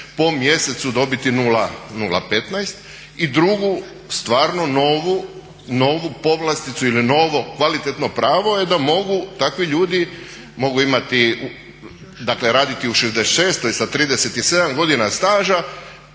po mjesecu dobiti 0,15. I drugu, stvarno novu povlasticu ili novo kvalitetno pravo je da mogu takvi ljudi, mogu imati, dakle raditi u 66 sa 37 godina staža,